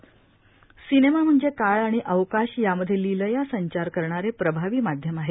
Mohan Agashe cinema म्हणजे काळ आणि अवकाश यामध्ये लीलया संचार करणारे प्रभावी माध्यम आहे